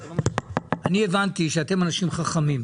אני הבנתי שאתם אנשים חכמים.